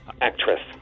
Actress